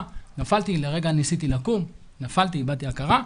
נפלתי, לרגע ניסיתי לקום, נפלתי ואיבדתי הכרה.